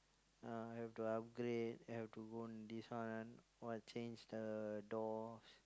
ya have to upgrade have to go and this one what change the doors